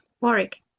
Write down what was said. Warwick